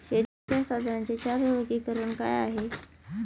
शेतीच्या साधनांचे चार वर्गीकरण काय आहे?